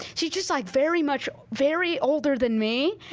she just like very much, very older than me,